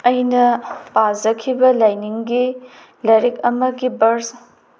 ꯑꯩꯅ ꯄꯥꯖꯈꯤꯕ ꯂꯥꯏꯅꯤꯡꯒꯤ ꯂꯥꯏꯔꯤꯛ ꯑꯃꯒꯤ ꯚꯔꯁ